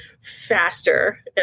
faster